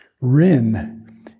Rin